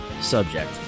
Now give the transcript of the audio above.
subject